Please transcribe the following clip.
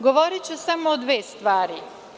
Govoriću samo o dve stvari.